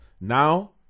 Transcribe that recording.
now